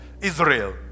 Israel